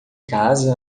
casa